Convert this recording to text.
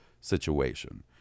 situation